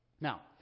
Now